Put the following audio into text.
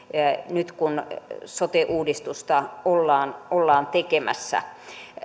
nyt kun sote uudistusta ollaan ollaan tekemässä